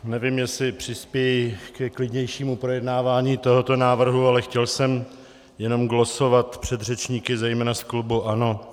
Nevím, jestli přispěji ke klidnějšímu projednávání tohoto návrhu, ale chtěl jsem jenom glosovat předřečníky, zejména z klubu ANO.